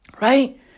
right